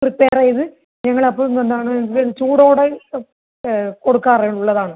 prepare ചെയ്ത് ഞങ്ങൾ അപ്പം എന്താണ് ചൂടോടെ കൊടുക്കാറ് ഉള്ളത് ആണ്